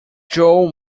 joe